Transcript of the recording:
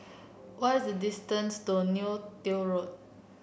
where is the distance to Neo Tiew Road